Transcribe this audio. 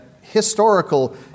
historical